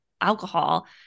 alcohol